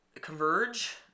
Converge